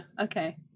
Okay